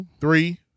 Three